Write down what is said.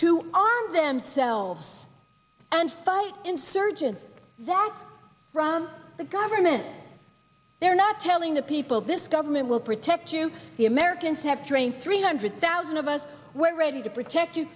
arm themselves and fight insurgents that from the government they're not telling the people this government will protect you the americans have trained three hundred thousand of us where ready to protect you